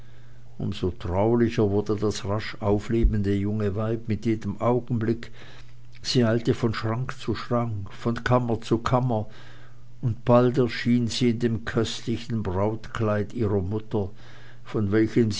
so traulicher wurde das rasch auflebende junge weib mit jedem augenblick sie eilte von schrank zu schrank von kammer zu kammer und bald erschien sie in dem köstlichen brautkleid ihrer mutter von welchem